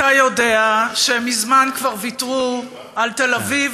אתה יודע שהם מזמן כבר ויתרו על תל-אביב,